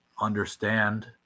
understand